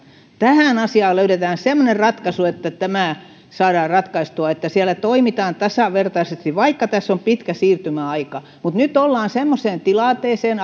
tähän asiaan löydetään semmoinen ratkaisu että tämä saadaan ratkaistua että siellä toimitaan tasavertaisesti tässä on pitkä siirtymäaika mutta nyt ollaan semmoiseen tilanteeseen